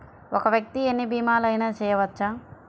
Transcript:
ఒక్క వ్యక్తి ఎన్ని భీమలయినా చేయవచ్చా?